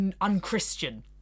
unchristian